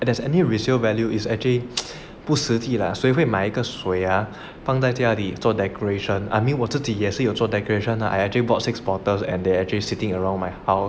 any resale value is actually 不实际 lah 谁会买一个水 ah 放在家里做 decoration I mean 我自己也是有做 decoration lah I actually bought six bottles and they actually sitting around my house